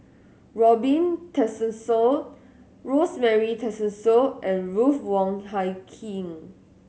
Robin Tessensohn Rosemary Tessensohn and Ruth Wong Hie King